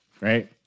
right